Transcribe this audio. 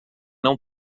não